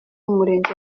murenge